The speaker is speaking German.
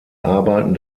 arbeiten